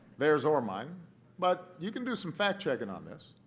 theirs or mine but you can do some fact-checking on this.